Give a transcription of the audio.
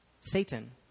Satan